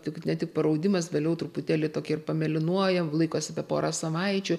tik ne tik paraudimas vėliau truputėlį tokie ir pamėlynuoja laikosi apie porą savaičių